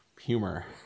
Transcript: humor